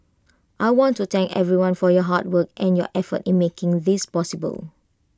I want to thank everyone for your hard work and your effort in making this possible